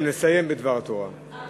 נסיים, נסיים בדבר תורה.